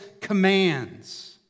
commands